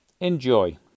Enjoy